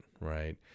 right